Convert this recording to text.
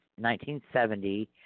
1970